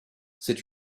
c’est